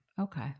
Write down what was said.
Okay